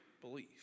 belief